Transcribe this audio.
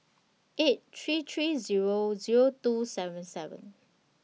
eight three three Zero Zero two seven seven